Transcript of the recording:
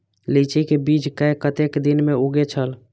लीची के बीज कै कतेक दिन में उगे छल?